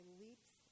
leaps